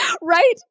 Right